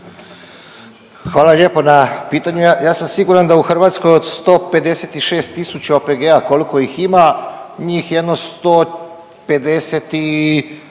Hvala lijepo na pitanju. Ja sam siguran da u Hrvatskoj od 156 tisuća OPG-a koliko ih ima, njih jedno 155